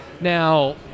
Now